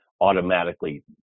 automatically